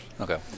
Okay